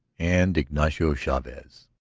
and ignacio chavez.